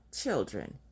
children